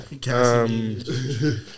Cassie